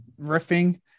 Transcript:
riffing